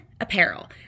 Apparel